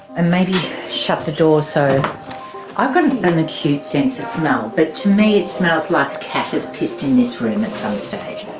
maybe shut the door. so i've got an acute sense of smell, but to me it smells like a cat has pissed in this room at some stage.